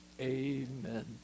Amen